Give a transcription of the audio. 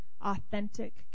Authentic